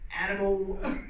animal